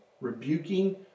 rebuking